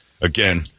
again